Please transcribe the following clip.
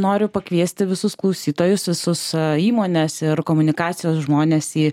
noriu pakviesti visus klausytojus visus įmones ir komunikacijos žmones į